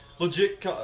Legit